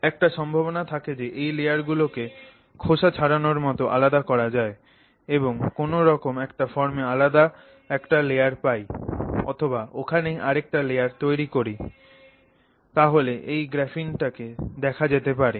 একটা সম্ভাবনা থাকে যে এই লেয়ার গুলোকে খোসা ছাড়ানর মত আলাদা করা যায় এবং কোন একটা ফর্মে আলাদা একটা লেয়ার পাই অথবা ওখানেই আরেকটা লেয়ার তৈরি করি তাহলে এই গ্রাফিনটাকে দেখা যেতে পারে